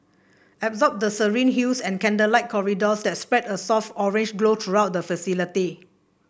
absorb the serene hues and candlelit corridors that spread a soft orange glow throughout the facility